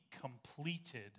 completed